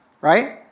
right